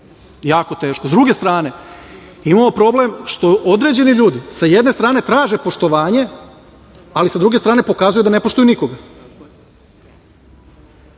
jako teško. Sa druge strane, imamo problem što određeni ljudi sa jedne strane traže poštovanje, ali sa druge strane pokazuju da nepoštuju nikoga. Dakle,